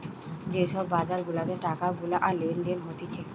যে সব বাজার গুলাতে টাকা গুলা লেনদেন হতিছে